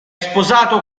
sposato